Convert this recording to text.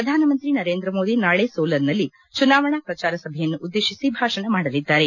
ಪ್ರಧಾನಮಂತ್ರಿ ನರೇಂದ್ರ ಮೋದಿ ನಾಳೆ ಸೋಲನ್ನಲ್ಲಿ ಚುನಾವಣಾ ಪ್ರಚಾರ ಸಭೆಯನ್ನು ಉದ್ದೇಶಿ ಭಾಷಣ ಮಾಡಲಿದ್ದಾರೆ